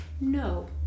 no